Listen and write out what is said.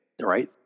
right